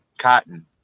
cotton